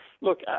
Look